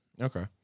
Okay